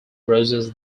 roses